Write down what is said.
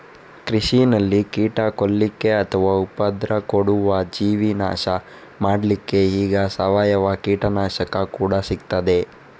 ಕೃಷಿನಲ್ಲಿ ಕೀಟ ಕೊಲ್ಲಿಕ್ಕೆ ಅಥವಾ ಉಪದ್ರ ಕೊಡುವ ಜೀವಿ ನಾಶ ಮಾಡ್ಲಿಕ್ಕೆ ಈಗ ಸಾವಯವ ಕೀಟನಾಶಕ ಕೂಡಾ ಸಿಗ್ತದೆ